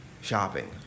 shopping